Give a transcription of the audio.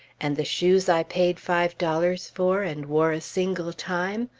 and the shoes i paid five dollars for, and wore a single time?